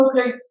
okay